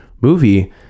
movie